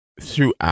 throughout